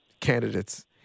candidates